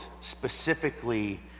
specifically